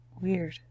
Weird